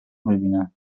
ببینم